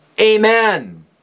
amen